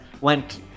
went